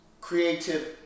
creative